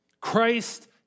Christ